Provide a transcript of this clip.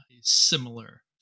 similar